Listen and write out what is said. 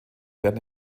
werden